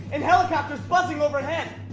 and helicopters buzzing overhead.